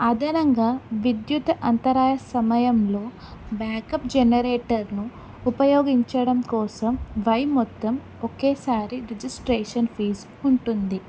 అదనంగా విద్యుత్ అంతరాయ సమయంలో బ్యాకప్ జనరేటర్ను ఉపయోగించడం కోసం వై మొత్తం ఒకేసారి రిజిస్ట్రేషన్ ఫీస్ ఉంటుంది